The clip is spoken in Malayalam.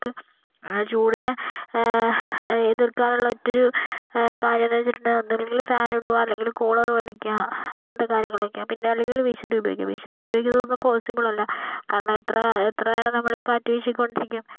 നമുക്ക് ചൂടിനെ എതിർക്കാനുള്ള മറ്റൊരു കാര്യമെന്ന് വെച്ചിട്ടുണ്ടെങ്കിൽ ഒന്നല്ലെങ്കിൽ ഫാൻ ഇടുക അല്ലെങ്കിൽ കൂളർ മേടിക്കുക അങ്ങനത്തെ കാര്യങ്ങളൊക്കെ പിന്നെ അല്ലെങ്കിൽ വിശറി ഉപയോഗിക്കുക വിശറി ഉപയോഗിക്കുന്നതൊന്നും പോസിബിൾ അല്ല കാരണം എത്ര എത്രനേരം നമ്മൾ കാറ്റ് വീശിക്കൊണ്ടിരിക്കും